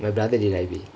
my brother did I_B